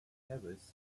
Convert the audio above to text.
harris